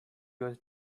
was